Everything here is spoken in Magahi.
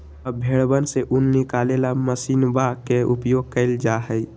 अब भेंड़वन से ऊन निकाले ला मशीनवा के उपयोग कइल जाहई